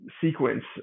sequence